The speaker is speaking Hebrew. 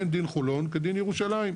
אין דין חולון כדין ירושלים,